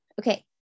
Okay